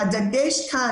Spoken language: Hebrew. הדגש כאן,